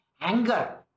anger